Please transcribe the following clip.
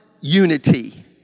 unity